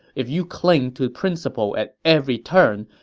if you cling to principle at every turn,